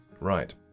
Right